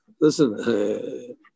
Listen